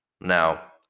Now